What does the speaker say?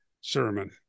sermon